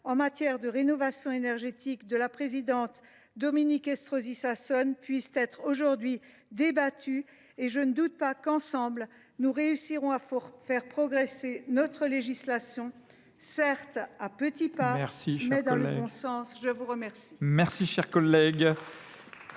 en matière de rénovation énergétique, présidée par Dominique Estrosi Sassone, soient aujourd’hui débattues. Je ne doute pas que, ensemble, nous réussirons à faire progresser notre législation, certes à petits pas, mais dans le bon sens. Je salue